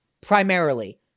Primarily